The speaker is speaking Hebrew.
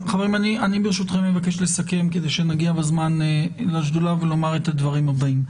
אני ברשותכם מבקש לסכם כדי שנגיע בזמן לשדולה ולומר את הדברים הבאים.